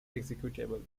executable